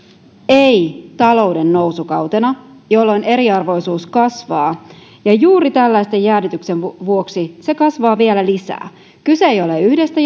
ei talouden nousukautena jolloin eriarvoisuus kasvaa ja juuri tällaisen jäädytyksen vuoksi se kasvaa vielä lisää kyse ei ole yhdestä